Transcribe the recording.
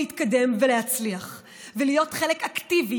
להתקדם ולהצליח ולהיות חלק אקטיבי,